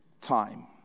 time